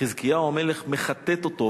חזקיהו המלך מכתת אותו.